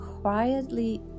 quietly